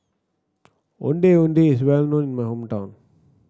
Ondeh Ondeh is well known in my hometown